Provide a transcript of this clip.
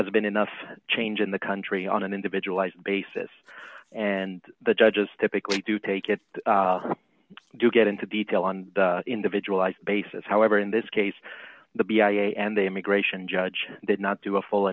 has been enough change in the country on an individualized basis and the judges typically do take it to get into detail on the individual as basis however in this case the b i and the immigration judge did not do a full